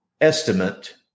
estimate